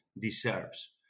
deserves